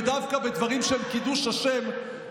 ודווקא בדברים של קידוש השם.